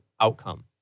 outcome